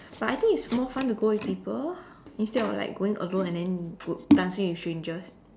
but I think it's more fun to go with people instead of like going alone and then dancing with strangers